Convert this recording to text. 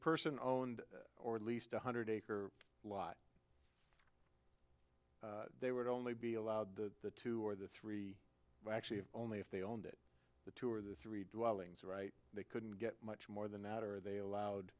person owned or at least one hundred acre lot they would only be allowed to the two or the three actually only if they owned it the two or the three dwellings right they couldn't get much more than that are they allowed